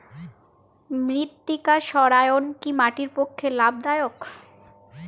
মৃত্তিকা সৌরায়ন কি মাটির পক্ষে লাভদায়ক?